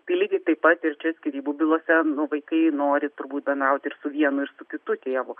tai lygiai taip pat ir čia skyrybų bylose nu vaikai nori turbūt bendrauti ir su vienu ir su kitu tėvu